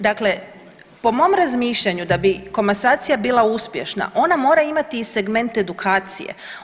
Dakle po mom razmišljanju da bi komasacija bila uspješna ona mora imati i segment edukacije.